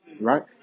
right